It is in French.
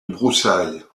broussailles